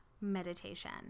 meditation